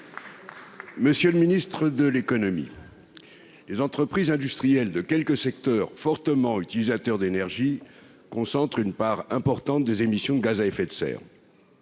Monsieur le ministre de l'économie, les entreprises industrielles de quelques secteurs fortement utilisateurs d'énergie, concentre une part importante des émissions de gaz à effet de serre